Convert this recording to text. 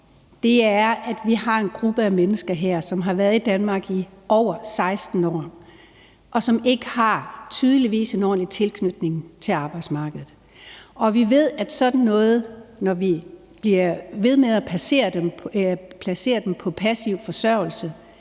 mig, er, at vi har en gruppe af mennesker, som har været her i Danmark i over 16 år, og som tydeligvis ikke har en ordentlig tilknytning til arbejdsmarkedet. Vi ved, at når vi bliver ved med at placere dem på passiv forsørgelse,